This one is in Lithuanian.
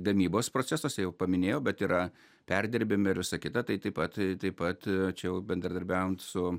gamybos procesuose jau paminėjau bet yra perdirbime ir visa kita tai taip pat taip pat čia jau bendradarbiaujant su